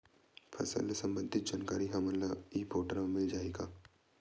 फसल ले सम्बंधित जानकारी हमन ल ई पोर्टल म मिल जाही का?